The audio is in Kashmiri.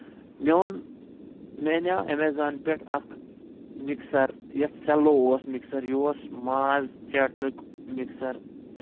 مےٚ اوٚن مےٚ اَنیٚو ایمیزان پٮ۪ٹھ اکھ مِکسر یَتھ سیٚلو اوس مِکسر یہِ اوس ماز ژیٹنُک مِکسر